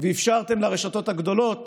ואפשרתם לרשתות הגדולות